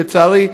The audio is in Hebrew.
לצערי,